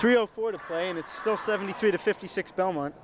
three o four to play and it's still seventy three to fifty six belmont